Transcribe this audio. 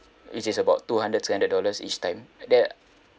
which is about two hundred three hundred dollars each time that